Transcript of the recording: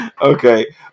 Okay